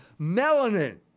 melanin